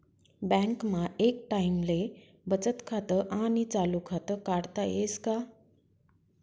बँकमा एक टाईमले बचत खातं आणि चालू खातं काढता येस का?